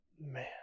Man